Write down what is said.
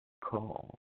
call